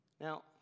Now